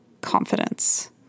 confidence